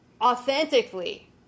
authentically